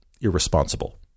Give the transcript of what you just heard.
irresponsible